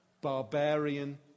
barbarian